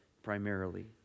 Primarily